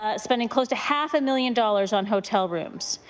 ah spending close to half a million dollars on hotel rooms.